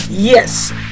Yes